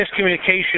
miscommunication